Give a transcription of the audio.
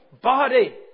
body